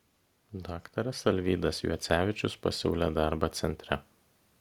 daktaras alvydas juocevičius pasiūlė darbą centre